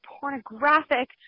pornographic